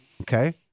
Okay